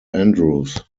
andrews